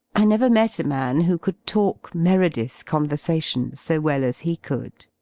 i never met a man who could talk meredith conversation so well as he could.